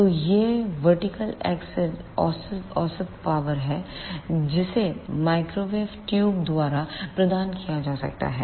तो यह vertical axis औसत पावर है जिसे माइक्रोवेव ट्यूबों द्वारा प्रदान किया जा सकता है